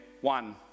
one